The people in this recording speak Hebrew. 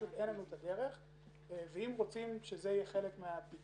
פשוט אין לנו את הדרך ואם רוצים שזה יהיה חלק מהבדיקה,